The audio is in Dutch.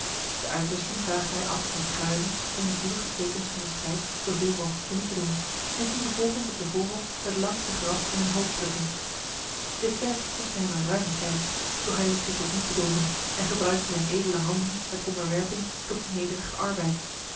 de uitrusting vaagde hij af met kruiden om de bloedige tekens van de strijd zoveel mogelijk teniet te doen en ging vervolgens op de voorhof het langste gras in een hoop plukken dit werk kostte hem een ruime tijd doch hij liet zich dit niet bedroeven en gebruikte zijn edele handen met onderwerping tot die nederige arbeid